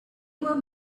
were